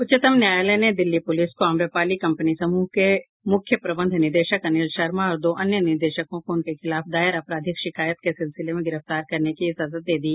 उच्चतम न्यायालय ने दिल्ली पुलिस को आम्रपाली कंपनी समूह के मुख्य प्रबंध निदेशक अनिल शर्मा और दो अन्य निदेशकों को उनके खिलाफ दायर आपराधिक शिकायत के सिलसिले में गिरफ्तार करने की इजाजत दे दी